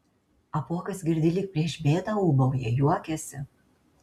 apuokas girdi lyg prieš bėdą ūbauja juokiasi